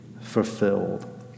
fulfilled